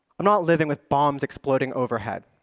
i'm not living with bombs exploding overhead.